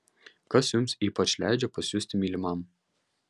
kas jums ypač leidžia pasijusti mylimam